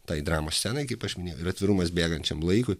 tai dramos scenai kaip aš minėjau ir atvirumas bėgančiam laikui